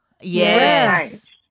Yes